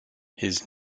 his